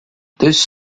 this